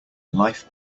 life